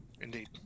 Indeed